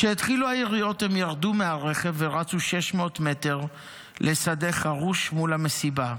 כשהתחילו היריות הם ירדו מהרכב ורצו 600 מטר לשדה חרוש מול המסיבה.